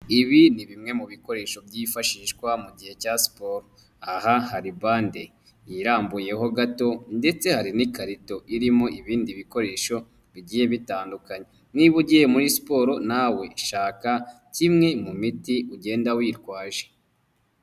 Ibi ni bimwe mu bikoresho byifashishwa mu gihe cya siporo, aha hari bande yirambuyeho gato ndetse hari n'ikarito irimo ibindi bikoresho bigiye bitandukanye, niba ugiye muri siporo nawe shaka kimwe mu miti ugenda witwaje.